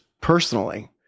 personally